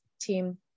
team